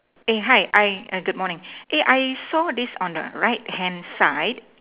eh hi I I good morning eh I saw this on the right hand side